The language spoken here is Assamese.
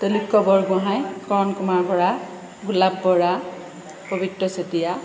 ত্ৰৈলোক্য বৰগোহাঁই কৰণ কুমাৰ বৰা গোলাপ বৰা পবিত্ৰ চেতিয়া